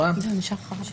התביעות.